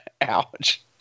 Ouch